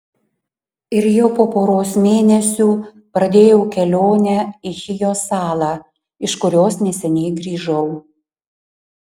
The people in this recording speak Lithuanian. ir jau po poros mėnesių pradėjau kelionę į chijo salą iš kurios neseniai grįžau